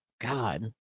God